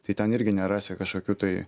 tai ten irgi nerasi kažkokių tai